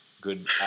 good